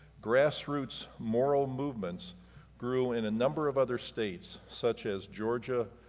grassroots moral movements grew in a number of other states such as georgia,